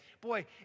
Boy